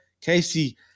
Casey